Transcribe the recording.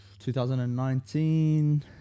2019